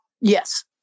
Yes